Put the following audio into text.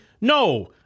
No